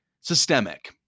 systemic